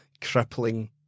crippling